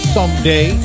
Someday